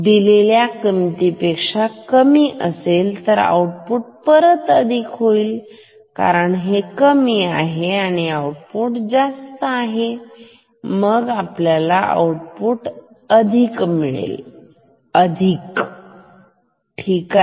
दिलेल्या किमतीपेक्षा कमी असेल तर आउटपुट परत अधिक होईल कारण हे कमी आहे आणि आउटपुट जास्त आहे मग आउटपुट अधिक असेल परत अधिक ठीक आहे